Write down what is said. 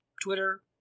Twitter